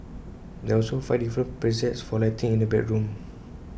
there are also five different presets for lighting in the bedroom